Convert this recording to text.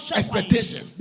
expectation